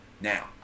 Now